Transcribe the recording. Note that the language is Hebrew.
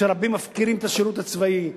שרבים מפקירים את השירות הצבאי,